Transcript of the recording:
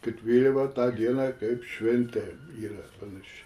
kad vėliava tą dieną kaip šventė yra panašiai